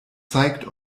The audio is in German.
zeigt